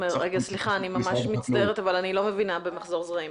סליחה, אני מצטערת אבל אני לא מבינה במחזור זרעים.